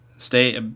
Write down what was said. Stay